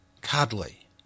cuddly